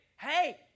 hey